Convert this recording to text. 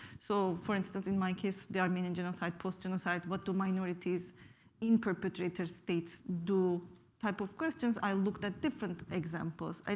so for instance, in my case, the armenian genocide, post-genocide, what do minorities in perpetrator states do type of questions. i looked at different examples,